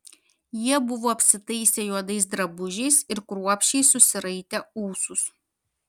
jie buvo apsitaisę juodais drabužiais ir kruopščiai susiraitę ūsus